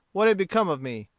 what had become of me,